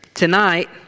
Tonight